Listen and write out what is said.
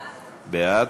בעד.